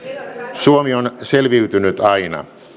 suomi on selviytynyt aina